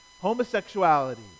homosexuality